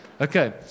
Okay